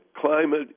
climate